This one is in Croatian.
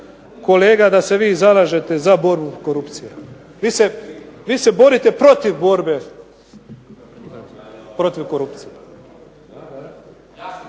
kolega da se vi zalažete za borbu protiv korupcije, vi se borite protiv borbe protiv korupcije.